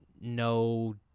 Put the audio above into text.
no